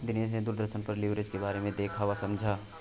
दिनेश ने दूरदर्शन पर लिवरेज के बारे में देखा वह समझा